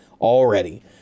already